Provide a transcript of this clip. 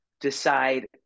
decide